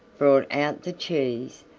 brought out the cheese,